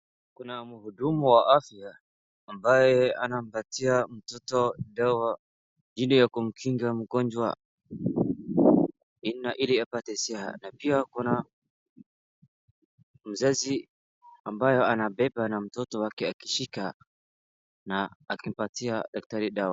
kuna mhudumu wa afya ambaye anapatia mtoto dawa ile ya kumkinga mtu mgonjwa ili apate siha na , pia kuna mzazi ambaye anabeba mtoto wake akimshika na akimpatia daktari dawa